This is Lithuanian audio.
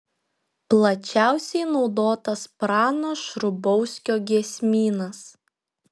plačiausiai naudotas prano šrubauskio giesmynas